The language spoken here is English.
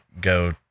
go